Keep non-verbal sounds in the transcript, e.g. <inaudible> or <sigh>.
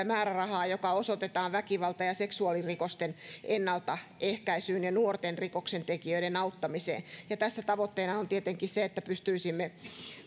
<unintelligible> määrärahaa joka osoitetaan väkivalta ja seksuaalirikosten ennaltaehkäisyyn ja nuorten rikoksentekijöiden auttamiseen tässä tavoitteena on tietenkin se että pystyisimme